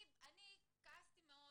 אני כעסתי מאוד